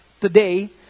today